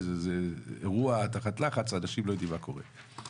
זה אירוע תחת לחץ ואנשים לא יודעים מה קורה.